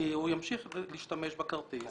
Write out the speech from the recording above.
כי הוא ימשיך להשתמש בכרטיס,